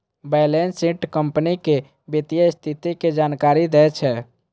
balance sheet company के वित्तीय स्थिति के जानकारी दै छै